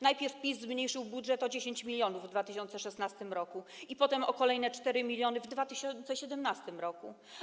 Najpierw PiS zmniejszył budżet o 10 mln w 2016 r., potem o kolejne 4 mln w 2017 r.